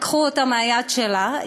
לקחו אותה מהיד שלה,